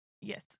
Yes